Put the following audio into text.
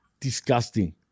disgusting